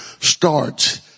starts